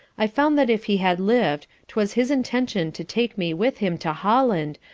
i found that if he had lived twas his intention to take me with him to holland,